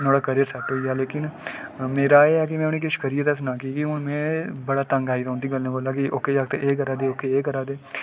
ते ओह्दा career set होई जा लेकिन मेरा एह् ऐ कि में उ'नें गी किश करियै दस्सना की के हून में बड़ा तंग आई गेदा उं'दी गल्ला परा कि ओह्के जागत एह् करै दे एह्के जागत एह् करै दे